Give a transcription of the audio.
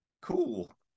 cool